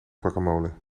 guacamole